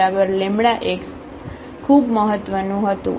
ખૂબ મહત્વનું હતું